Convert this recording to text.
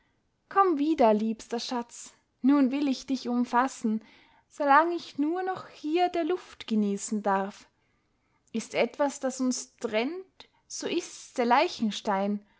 komm wieder liebster schatz nun will ich dich umfassen solang ich nur noch hier der luft genießen darf ist etwas das uns trennt so ist's der leichenstein